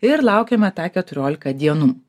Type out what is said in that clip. ir laukiame tą keturiolika dienų